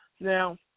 Now